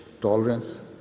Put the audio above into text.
tolerance